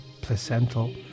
placental